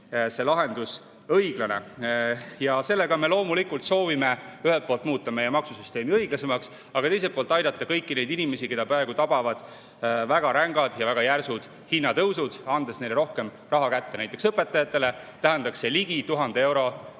see lahendus õiglane. Sellega me loomulikult soovime ühelt poolt muuta meie maksusüsteemi õiglasemaks, aga teiselt poolt aidata kõiki neid inimesi, keda praegu tabavad väga rängad ja järsud hinnatõusud, jättes neile rohkem raha kätte. Näiteks õpetajatele tähendaks see ligi 1000 [lisa]euro